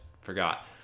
forgot